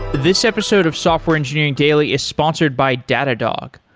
this episode of software engineering daily is sponsored by datadog.